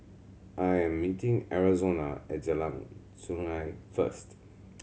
I am meeting Arizona at Jalan Sungei first